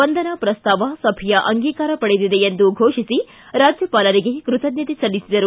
ವಂದನಾ ಪ್ರಸ್ತಾವ ಸಭೆಯ ಅಂಗೀಕಾರ ಪಡೆದಿದೆ ಎಂದು ಫೋಷಿಸಿ ರಾಜ್ಯಪಾಲರಿಗೆ ಕೃತಜ್ಞತೆ ಸಲ್ಲಿಸಿದರು